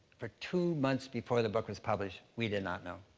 for two months before the book was published, we did not know.